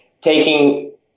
taking